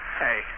Hey